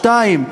שתיים,